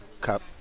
Cup